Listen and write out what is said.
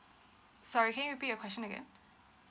sorry can you repeat your question again